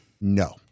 No